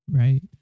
right